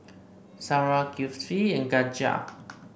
Sarah Kifli and Khatijah